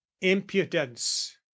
impudence